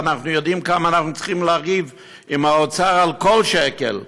אנחנו יודעים כמה אנחנו צריכים לריב עם האוצר על כל שקל.